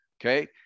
okay